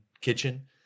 Kitchen